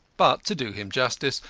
but to do him justice,